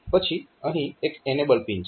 પછી અહીં એક એનેબલ પિન છે